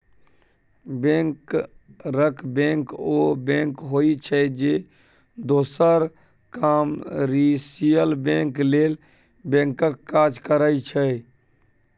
बैंकरक बैंक ओ बैंक होइ छै जे दोसर कामर्शियल बैंक लेल बैंकक काज करै छै